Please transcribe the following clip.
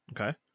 okay